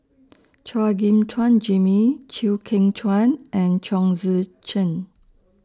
Chua Gim Chuan Jimmy Chew Kheng Chuan and Chong Tze Chien